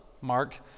Mark